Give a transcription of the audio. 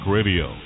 Radio